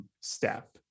step